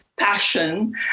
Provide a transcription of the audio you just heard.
passion